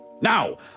Now